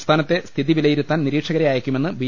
സംസ്ഥാനത്തെ സ്ഥിതി വിലയിരുത്താൻ നിരീക്ഷകരെ അയക്കുമെന്ന് ബി